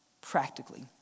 practically